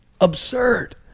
Absurd